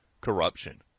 corruption